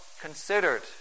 considered